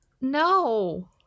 no